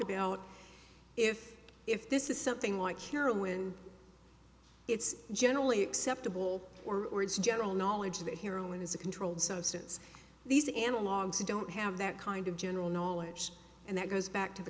about if if this is something like heroin it's generally acceptable or it's general knowledge that here only has a controlled substance these analogs don't have that kind of general knowledge and that goes back to the